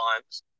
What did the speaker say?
times